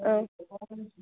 إں